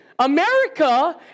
America